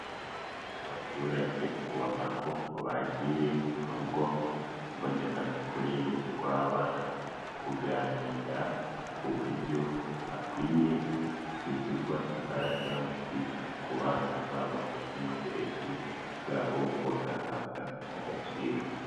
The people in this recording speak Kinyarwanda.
Abaturage ubona ko bagiye mu rugo mbonezamikurire rw'abana, kuganira ku buryo hakwiye gushyirwa imbaraga mu kwita ku bana babo ndetse n'uburezi bwabo bugahabwa agaciro.